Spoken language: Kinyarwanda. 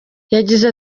yagize